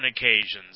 occasions